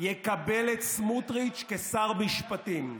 יקבל את סמוטריץ' כשר המשפטים.